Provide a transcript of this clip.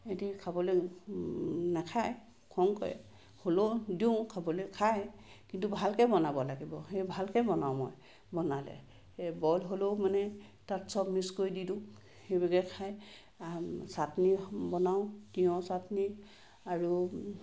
ইহঁতি খাবলৈ নেখায় খং কৰে হ'লেও দিওঁ খাবলৈ খায় কিন্তু ভালকৈ বনাব লাগিব সেই ভালকৈ বনাওঁ মই বনালে এই বইল হ'লেও মানে তাত চব মিক্স কৰি দি দিওঁ সেইভাগে খায় চাটনি বনাওঁ তিঁয়হ চাটনি আৰু